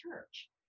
church